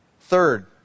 Third